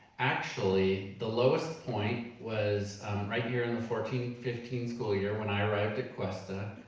actually the lowest point was right here in the fourteen fifteen school year when i arrived at cuesta,